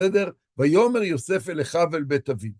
בסדר? ויאמר יוסף אל אחיו ואל בית אביו